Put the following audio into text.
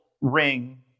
ring